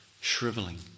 Shriveling